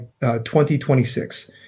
2026